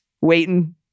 waiting